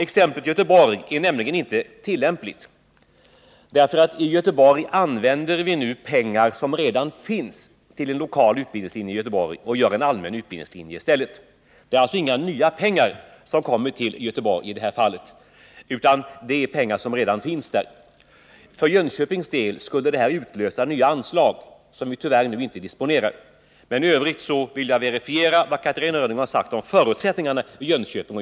Exemplet Göteborg är inte tillämpligt. I Göteborg använder vi nu pengar som redan finns till en lokal utbildningslinje och gör en allmän utbildningslinje i stället. Det är alltså inga nya pengar som kommer till Göteborg. För Jönköpings del skulle inrättandet av grundläggande rättsutbildning fordra nya anslag som vi tyvärr inte disponerar. Jag vill emellertid verifiera vad Catarina Rönnung har sagt om förutsättningarna i Jönköping.